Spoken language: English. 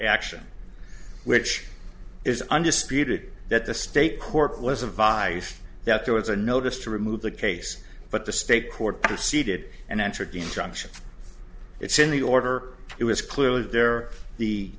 action which is undisputed that the state court was advised that there was a notice to remove the case but the state court proceeded and entered the injunction it's in the order it was clearly there the